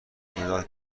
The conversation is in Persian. مداد